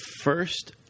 first